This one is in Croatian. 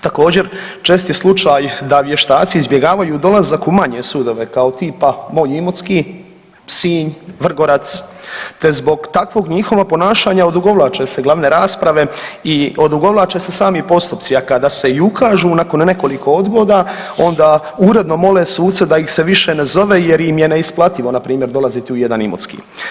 Također čest je slučaj da vještaci izbjegavaju dolazak u manje sudove kao tipa moj Imotski, Sinj, Vrgorac, te zbog takvog njihovog ponašanja odugovlače se glavne rasprave i odugovlače se sami postupci, a kada se i ukažu nakon nekoliko odgoda onda uredno mole suce da ih se više ne zove jer im je neisplativo npr. dolaziti u jedan Imotski.